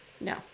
No